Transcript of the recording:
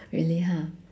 really ha